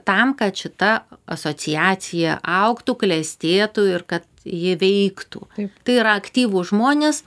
tam kad šita asociacija augtų klestėtų ir kad ji veiktų tai yra aktyvūs žmonės